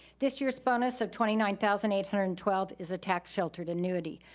this year's bonus of twenty nine thousand eight hundred and twelve is a tax sheltered annuity,